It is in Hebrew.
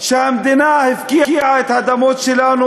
המדינה הפקיעה את האדמות שלנו,